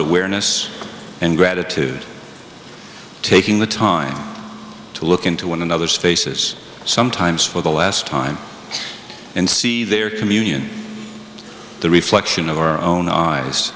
awareness and gratitude taking the time to look into one another's faces sometimes for the last time and see their communion the reflection of our own eyes